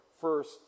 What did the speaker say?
First